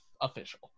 official